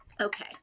okay